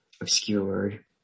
obscured